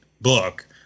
book